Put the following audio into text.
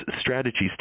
strategies